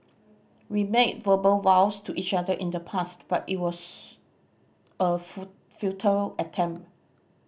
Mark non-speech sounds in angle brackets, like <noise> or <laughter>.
we made verbal vows to each other in the past but it was a <unintelligible> futile attempt